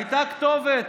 הייתה כתובת,